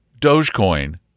Dogecoin